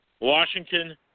Washington